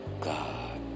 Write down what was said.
god